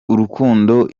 urukundo